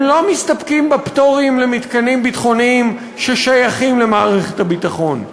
הם לא מסתפקים בפטורים למתקנים ביטחוניים ששייכים למערכת הביטחון,